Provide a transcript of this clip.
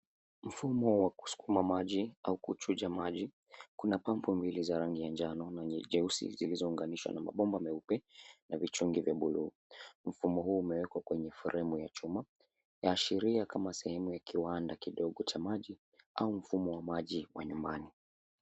Mfumo wa kusukuma maji au kuchucha maji kuna pambo mbili za rangi njano na jeusi zilizo unganishwa na mapomba meupe na vijungi vya blue .Mfumo huu umewekwa kwenye fremu wa juma. Yaashiria kama sehemu ya kiwanda kidogo cha maji au mfumo wa maji wa nyumbani.